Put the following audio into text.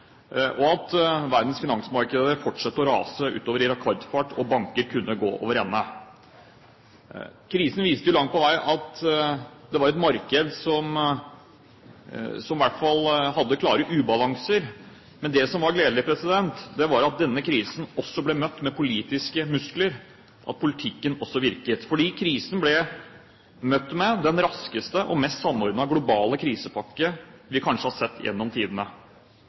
konkurs, at verdens finansmarkeder ville fortsette å rase utfor i rekordfart, og at banker kunne gå over ende. Krisen viste langt på vei at det var et marked som i hvert fall hadde klare ubalanser. Men det som var gledelig, var at denne krisen også ble møtt med politiske muskler, og at politikken også virket. Krisen ble møtt med den raskeste og mest samordnede globale krisepakke vi kanskje har sett gjennom tidene.